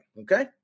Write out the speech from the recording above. okay